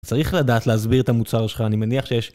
צריך לדעת להסביר את המוצר שלך, אני מניח שיש...